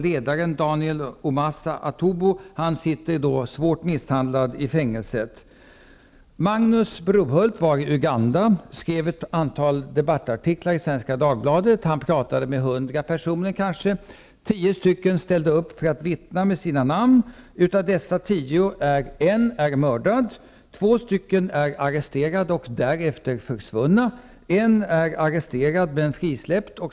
Ledaren Daniel Omasa Atubo sitter svårt misshandlad i fängelset. Magnus Brohult har varit i Uganda och skrivit ett antal debattartiklar i Svenska Dagbladet. Han talade med kanske 100 personer. Tio ställde upp för att vittna med sina namn. Av dessa tio är en mördad, två arresterade och därefter försvunna, en är arresterad men frisläppt.